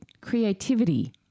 creativity